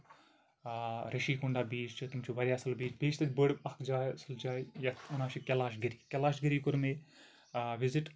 آ Rishikonda beach چھُ تِم چھِ واریاہ اَصٕل بیچ بیٚیہِ چھِ تَتہِ بٔڑ اکھ اَصٕل جاے واریاہ اَصٕل جاے یَتھ وَنان چھِ کیلاش گٔری کیلاش گٔری کوٚر مےٚ وِزِٹ